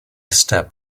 step